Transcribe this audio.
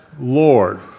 Lord